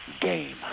game